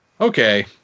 okay